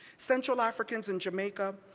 central africans in jamaica,